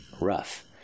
rough